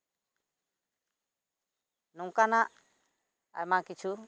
ᱱᱚᱝᱠᱟᱱᱟᱜ ᱟᱭᱢᱟ ᱠᱤᱪᱷᱩ